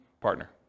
partner